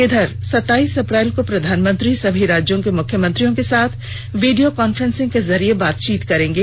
इधर सताइस अप्रैल को प्रधानमंत्री सभी राज्यों के मुख्यमंत्रियों के साथ वीडियो कॉन्फ्रेंसिंग के जरिए बातचीत करेंगे